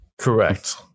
Correct